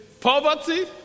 poverty